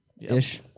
Ish